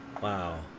Wow